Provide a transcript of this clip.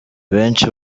benshi